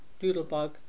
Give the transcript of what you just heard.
doodlebug